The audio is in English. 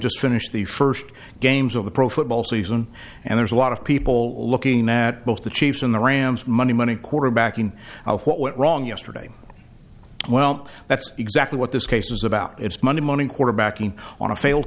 just finished the first games of the pro football season and there's a lot of people looking at both the chiefs and the rams money money quarterbacking of what went wrong yesterday well that's exactly what this case is about it's monday morning quarterbacking on a failed